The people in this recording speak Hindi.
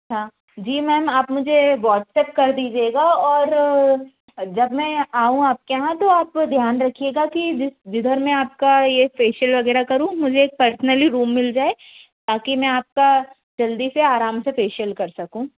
अच्छा जी मैम आप मुझे व्हाट्सएप कर दीजिएगा और जब मे आऊँ आपके यहाँ तो आप ध्यान रखिएगा कि जिस जिधर मैं आपका ये फेसियल वग़ैरह करूँ मुझे एक पर्सनली रूम मिल जाए ताकि मैं आपका जल्दी से आराम से फेसियल कर सकूँ